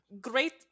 great